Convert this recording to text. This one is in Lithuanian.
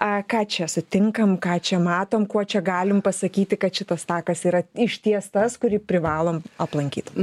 a ką čia sutinkam ką čia matom kuo čia galim pasakyti kad šitas takas yra išties tas kurį privalom aplankyti